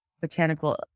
botanical